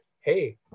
hey